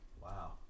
Wow